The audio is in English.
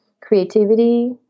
creativity